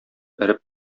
эреп